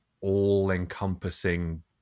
all-encompassing